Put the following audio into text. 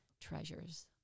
treasures